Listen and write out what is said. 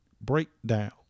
breakdown